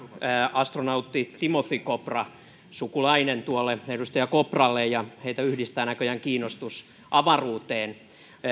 astronautti timothy kopra sukulainen tuolle edustaja kopralle ja heitä yhdistää näköjään kiinnostus avaruuteen